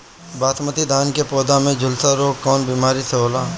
बासमती धान क पौधा में झुलसा रोग कौन बिमारी से होला?